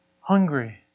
hungry